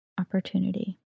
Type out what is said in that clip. opportunity